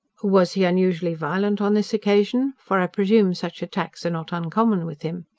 was he unusually violent on this occasion for i presume such attacks are not uncommon with him,